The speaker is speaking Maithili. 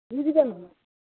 बुझि गेलही